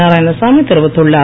நாராயணசாமி தெரிவித்துள்ளார்